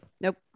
nope